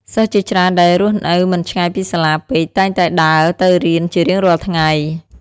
សិស្សជាច្រើនដែលរស់នៅមិនឆ្ងាយពីសាលាពេកតែងតែដើរទៅរៀនជារៀងរាល់ថ្ងៃ។